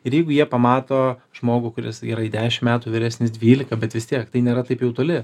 ir jeigu jie pamato žmogų kuris gerai dešim metų vyresnis dvylika bet vis tiek tai nėra taip jau toli